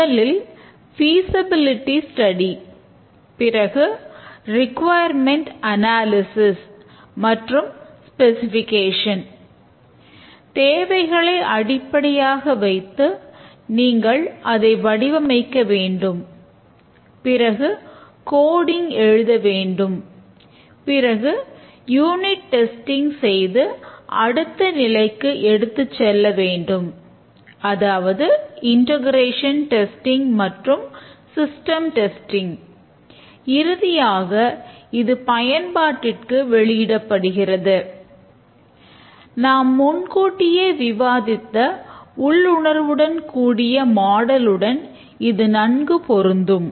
முதலில் ஃபிசபிலிடிஸ்டடி இது நன்கு பொருந்தும்